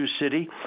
City